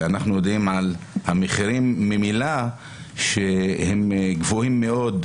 ואנחנו יודעים שהמחירים ממילא גבוהים מאוד,